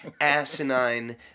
asinine